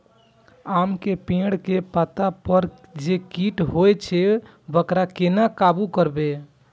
आम के पेड़ के पत्ता पर जे कीट होय छे वकरा केना काबू करबे?